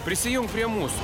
prisijunk prie mūsų